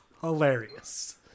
hilarious